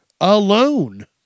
alone